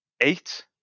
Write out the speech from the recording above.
Eight